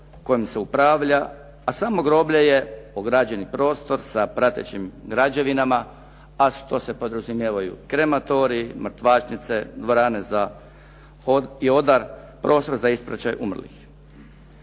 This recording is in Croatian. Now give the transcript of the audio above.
kojom se upravlja a samo groblje je ograđeni prostor sa pratećim građevinama a što se podrazumijevaju krematoriji, mrtvačnice, dvorane i odar, prostor za ispraćaj umrlih.